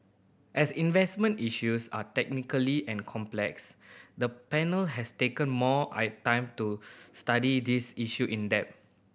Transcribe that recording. as investment issues are technically and complex the panel has taken more I time to study this issue in depth